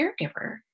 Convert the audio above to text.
caregiver